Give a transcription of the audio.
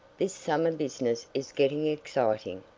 this summer business is getting exciting.